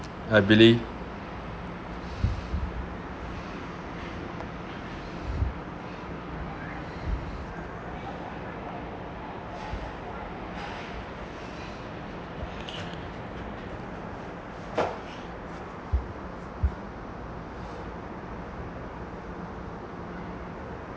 I believe